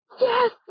yes